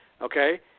okay